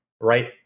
right